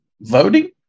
voting